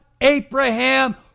Abraham